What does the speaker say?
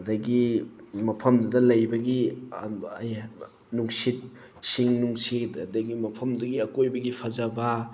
ꯑꯗꯒꯤ ꯃꯐꯝꯗꯨꯗ ꯂꯩꯕꯒꯤ ꯅꯨꯡꯁꯤꯠ ꯁꯤꯡ ꯅꯨꯡꯁꯤꯠ ꯑꯗꯒꯤ ꯃꯐꯝꯗꯨꯒꯤ ꯑꯀꯣꯏꯕꯒꯤ ꯐꯖꯕ